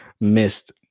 missed